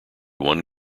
one